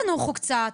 תנוחו קצת,